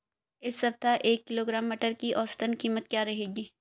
इस सप्ताह एक किलोग्राम मटर की औसतन कीमत क्या रहेगी?